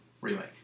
remake